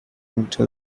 into